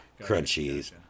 crunchies